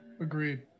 Agreed